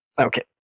Okay